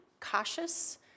cautious